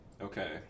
okay